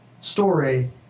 story